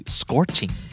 scorching